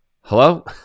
hello